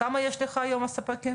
כמה יש לך היום ספקים?